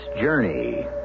journey